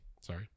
Sorry